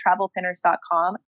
travelpinners.com